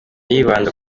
yibanda